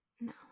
no